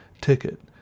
ticket